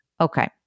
Okay